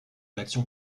l’action